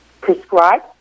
prescribe